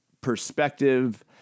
perspective